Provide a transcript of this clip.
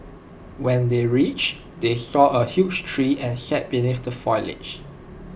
when they reached they saw A huge tree and sat beneath the foliage